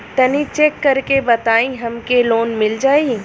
तनि चेक कर के बताई हम के लोन मिल जाई?